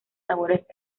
sabores